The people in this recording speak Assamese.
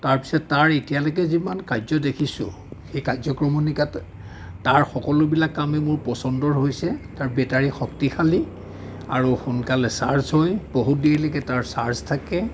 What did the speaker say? তাৰ পিছত তাৰ এতিয়ালৈকে যিমান কাৰ্য্য দেখিছোঁ সেই কাৰ্য্যক্ৰমনিকাত তাৰ সকলোবিলাক কামেই মোৰ পচন্দৰ হৈছে তাৰ বেটাৰী শক্তিশালী আৰু সোনকালে চাৰ্জ হয় বহুত দেৰিলৈকে তাৰ চাৰ্জ থাকে